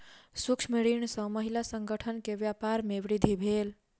सूक्ष्म ऋण सॅ महिला संगठन के व्यापार में वृद्धि भेल